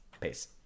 Peace